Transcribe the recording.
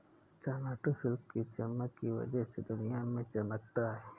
Karnataka silk की चमक की वजह से दुनिया में चमकता है